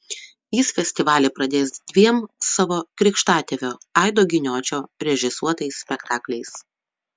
jis festivalį pradės dviem savo krikštatėvio aido giniočio režisuotais spektakliais